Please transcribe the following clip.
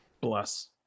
Bless